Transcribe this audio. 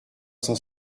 cent